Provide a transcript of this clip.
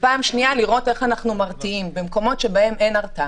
ופעם שנייה לראות איך אנחנו מרתיעים במקומות שבהם אין הרתעה.